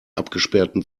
abgesperrten